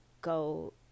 go